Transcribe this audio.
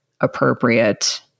appropriate